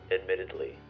admittedly